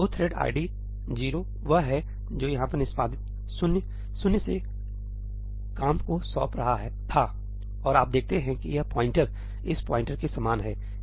तो thread ID 0 वह है जो यहाँ पर निष्पादित शून्य शून्य से काम को सौंप रहा था और आप देखते हैं कि यह प्वाइंटर् इस प्वाइंटर् के समान है